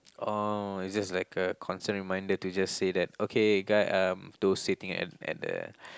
oh is just like a constant reminder to just say that okay guy um to sitting at at the